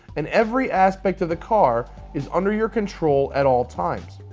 and every aspect of the car is under your control at all times.